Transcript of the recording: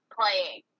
playing